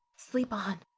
sleep on!